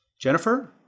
Jennifer